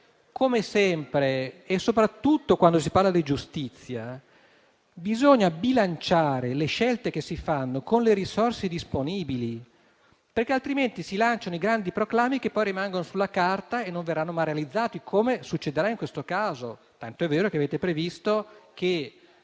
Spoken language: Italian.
Come sempre però, soprattutto quando si parla di giustizia, bisogna bilanciare le scelte che si fanno con le risorse disponibili. Altrimenti infatti si lanciano grandi proclami che poi rimangono sulla carta e non verranno mai realizzati, come succederà in questo caso, tant'è vero che avete previsto che